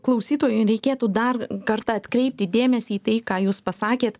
klausytojui reikėtų dar kartą atkreipti dėmesį į tai ką jūs pasakėt